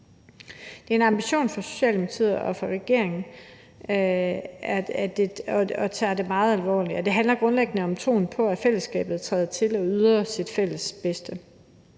Det er en ambition for Socialdemokratiet og for regeringen at tage det meget alvorligt, og det handler grundlæggende om troen på, at fællesskabet træder til og yder til det fælles bedste. Og